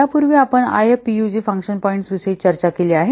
यापूर्वी आपण IFPUG function points विषयी चर्चा केली आहे